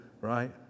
right